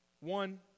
One